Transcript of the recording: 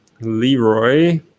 Leroy